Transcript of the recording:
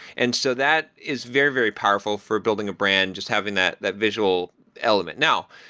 and so that is very very powerful for building a brand. just having that that visual element. now,